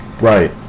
Right